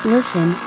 Listen